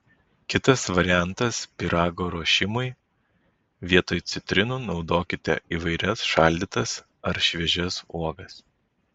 kitas variantas pyrago ruošimui vietoj citrinų naudokite įvairias šaldytas ar šviežias uogas